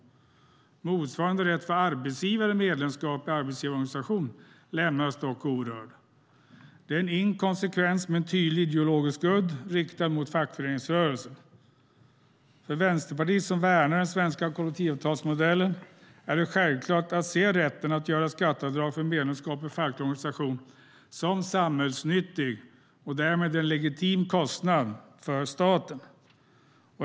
Motsvarande rätt för arbetsgivares medlemskap i arbetsgivarorganisation lämnades dock orörd. Det är en inkonsekvens med en tydlig ideologisk udd riktad mot fackföreningsrörelsen. För Vänsterpartiet, som värnar den svenska kollektivavtalsmodellen, är det självklart att se rätten att göra skatteavdrag för medlemskap i facklig organisation som samhällsnyttig och därmed som en legitim kostnad för staten.